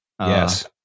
Yes